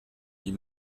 dit